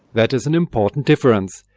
that is an important difference.